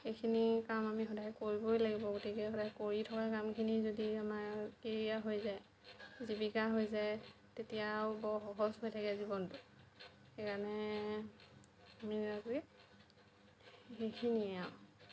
এইখিনি কাম আমি সদায় কৰিবই লাগিব গতিকে সদায় কৰি থকা কামখিনি যদি আমাৰ কেৰিয়াৰ হৈ যায় জীৱিকা হৈ যায় তেতিয়া আৰু বৰ সহজ হৈ থাকে জীৱনটো সেইকাৰণে আমি এয়া কৰি সেইখিনিয়ে আৰু